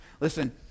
Listen